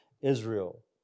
Israel